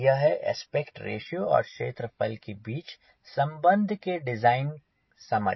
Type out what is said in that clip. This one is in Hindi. यह है आस्पेक्ट रेश्यो और क्षेत्रफल के बीच संबंध के डिज़ाइन समझ